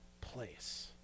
place